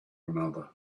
another